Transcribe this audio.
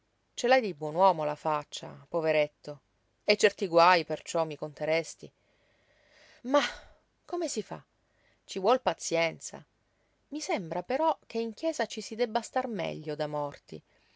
ce l'hai di buon uomo la faccia poveretto e certi guaj perciò mi conteresti mah come si fa ci vuol pazienza i sembra però che in chiesa ci si debba star meglio da morti